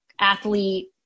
athlete